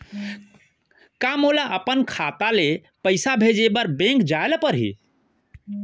का मोला अपन खाता ले पइसा भेजे बर बैंक जाय ल परही?